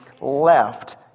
left